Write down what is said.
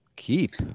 keep